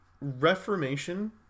Reformation